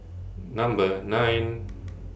Number nine